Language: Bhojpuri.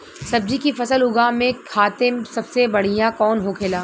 सब्जी की फसल उगा में खाते सबसे बढ़ियां कौन होखेला?